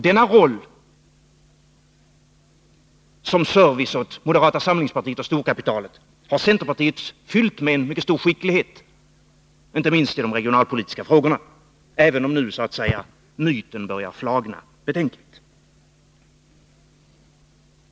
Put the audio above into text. Denna roll som serviceinrättning åt moderata samlingspartiet och storkapitalet har centerpartiet fyllt med mycket stor skicklighet, inte minst i de regionalpolitiska frågorna, även om nu, så att säga, myten börjar flagna betänkligt.